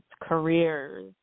careers